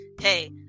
hey